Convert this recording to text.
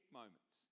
moments